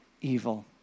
evil